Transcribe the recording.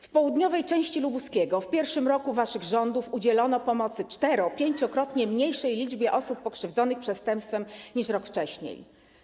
W południowej części Lubuskiego w pierwszym roku waszych rządów udzielono pomocy 4-, 5-krotnie mniejszej liczbie osób pokrzywdzonych w wyniku przestępstwa niż rok wcześniej.